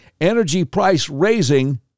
energy-price-raising